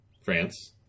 France